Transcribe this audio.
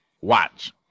Watch